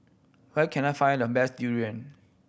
where can I find the best durian